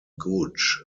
gooch